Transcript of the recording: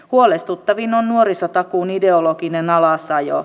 huolestuttavin on nuorisotakuun ideologinen alasajo